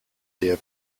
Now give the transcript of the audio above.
der